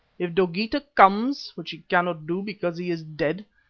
if dogeetah comes, which he cannot do because he is dead,